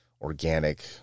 organic